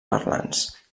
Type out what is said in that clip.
parlants